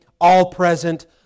all-present